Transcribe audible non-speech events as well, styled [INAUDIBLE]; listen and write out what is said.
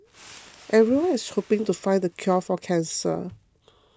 [NOISE] everyone's hoping to find the cure for cancer